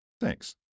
Thanks